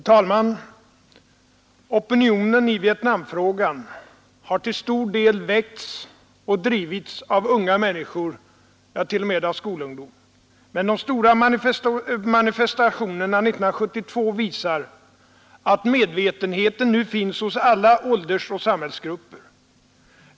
Torsdagen den Herr talman! Opinionen i Vietnamfrågan har till stor del väckts och 18 januari 1973 drivits av unga människor, t.o.m. skolungdom, men de stora manifesta tionerna år 1972 visar att medvetenheten nu finns hos alla åldersoch samhällsgrupper.